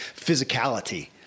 physicality